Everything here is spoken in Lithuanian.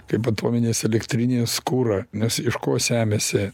kaip atominės elektrinės kurą nes iš ko semiasi